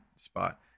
spot